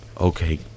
okay